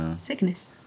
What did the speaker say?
sickness